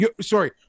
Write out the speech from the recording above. Sorry